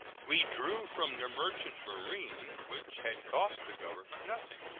we drew from the merchant marine, which had cost the government nothing,